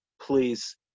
Please